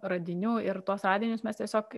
radinių ir tuos radinius mes tiesiog